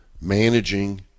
managing